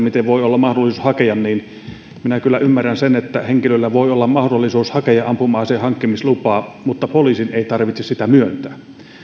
miten voi olla mahdollisuus hakea minä kyllä ymmärrän sen että henkilöllä voi olla mahdollisuus hakea ampuma aseen hankkimislupaa mutta poliisin ei tarvitse sitä myöntää